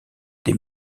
des